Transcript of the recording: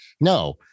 no